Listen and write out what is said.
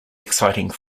exciting